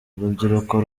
urubyiruko